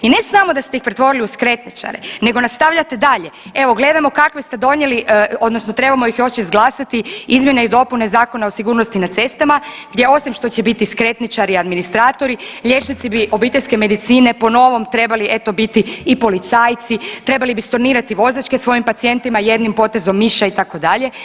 I ne samo da ste ih pretvorili u skretničare nego nastavljate dalje, evo gledamo kakve ste donijeli odnosno trebamo ih još izglasati izmjene i dopune Zakona o sigurnosti na cestama gdje osim što će biti skretničari i administratori liječnici bi obiteljske medicine po novom trebali eto biti i policajci, trebali bi stornirati vozačke svojim pacijentima jednim potezom miša itd.